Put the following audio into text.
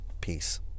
peace